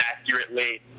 accurately